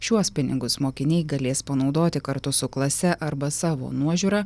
šiuos pinigus mokiniai galės panaudoti kartu su klase arba savo nuožiūra